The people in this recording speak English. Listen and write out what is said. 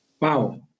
Wow